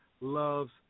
loves